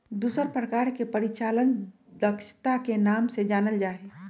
दूसर प्रकार के परिचालन दक्षता के नाम से जानल जा हई